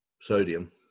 sodium